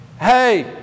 Hey